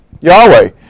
Yahweh